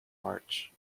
march